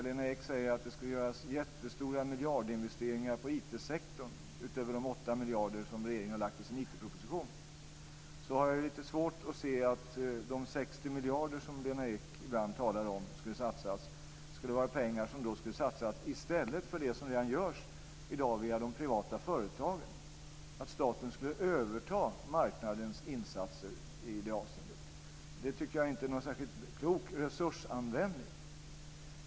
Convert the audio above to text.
Lena Ek säger att det ska göras jättestora miljardinvesteringar i IT-sektorn utöver de 8 miljarder som regeringen har föreslagit i sin IT-proposition. Jag har lite svårt att se att de 60 miljarder som Lena Ek ibland talar om skulle ersätta det som redan görs av de privata företagen, alltså att staten skulle överta marknadens insatser i det avseendet. Jag tycker inte att det är någon särskilt klok resursanvändning.